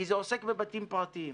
כי זה עוסק בבתים פרטיים.